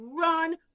run